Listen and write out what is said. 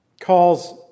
calls